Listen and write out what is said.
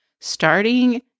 starting